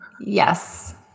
yes